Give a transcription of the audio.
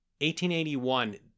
1881